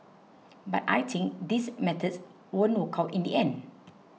but I think these methods won't work out in the end